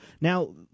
Now